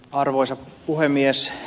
arvoisa puhemies